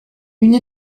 une